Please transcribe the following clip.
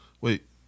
Wait